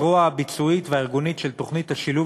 הזרוע הביצועית והארגונית של תוכנית השילוב